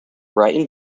brighton